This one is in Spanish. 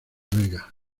vega